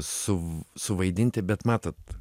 suv suvaidinti bet matot